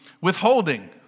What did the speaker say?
Withholding